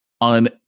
on